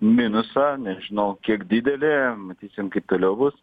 minusą nežinau kiek didelį matysim kaip toliau bus